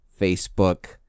Facebook